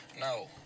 No